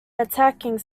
attacking